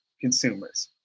consumers